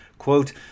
Quote